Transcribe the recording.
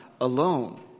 alone